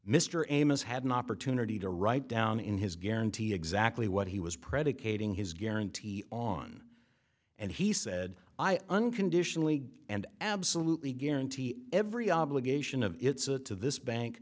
mr amos had an opportunity to write down in his guarantee exactly what he was predicating his guarantee on and he said i unconditionally and absolutely guarantee every obligation of its a to this bank